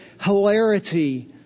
hilarity